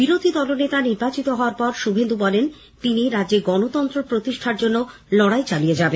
বিরোধী দলনেতা নির্বাচিত হওয়ার পর শুভেন্দু বলেন তিনি রাজ্যে গণতন্ত্র প্রতিষ্ঠার জন্য লড়াই চালিয়ে যাবেন